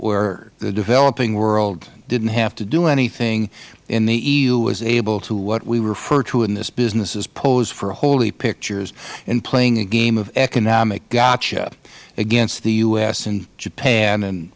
where the developing world didn't have to do anything and the eu was able to what we refer to in this business as pose for holy pictures in playing a game of economic gotcha against the u s and japan and